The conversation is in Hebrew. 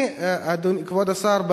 כבוד השר,